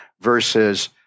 versus